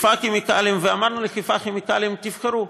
אמרנו לחיפה כימיקלים: תבחרו,